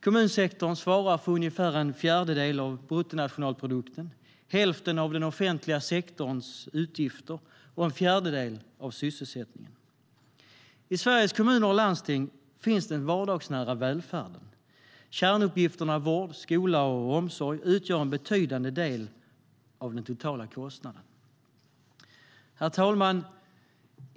Kommunsektorn svarar för ungefär en fjärdedel av bruttonationalprodukten, hälften av den offentliga sektorns utgifter och en fjärdedel av sysselsättningen. I Sveriges kommuner och landsting finns den vardagsnära välfärden. Kärnuppgifterna vård, skola och omsorg utgör en betydande del av den totala kostnaden. Herr talman!